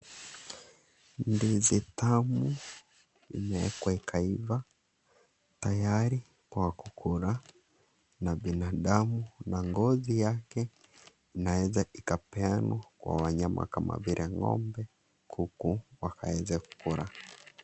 Ndizi tamu imeekwa ikaiva tayari kwa kukula na binadamu na ngozi yake inaeza ikapeanwa kwa wanyama ka vile ngombe, kuku wakaweze kuikula.